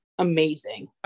amazing